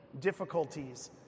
difficulties